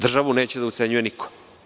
Državu neće da ucenjuje niko.